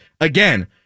again